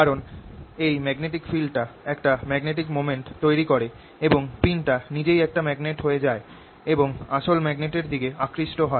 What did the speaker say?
কারণ এই magnetic field টা একটা ম্যাগনেটিক মোমেন্ট তৈরি করে এবং পিনটা নিজেই একটা ম্যাগনেট হয়ে যায় এবং আসল ম্যাগনেট এর দিকে আকৃষ্ট হয়